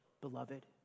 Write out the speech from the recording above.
beloved